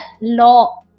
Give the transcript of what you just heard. law